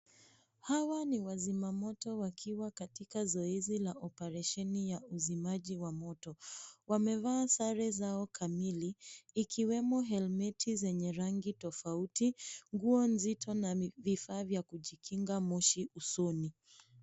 Hawa ni wazima moto wakiwa katika zoezi la operesheni ya uzimaji wa moto. Wamevaa sare zao kamili, ikiwemo helmeti zenye rangi tofauti, nguo nzito na vifaa vya kujikinga moshi usoni.